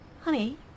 Honey